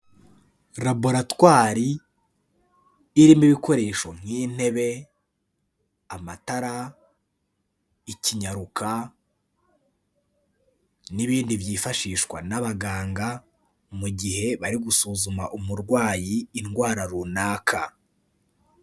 Laboratwari irimo ibikoresho nk'intebe, amatara, ikinyaruka n'ibindi byifashishwa n'abaganga mu gihe bari gusuzuma umurwayi indwara runaka.